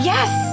Yes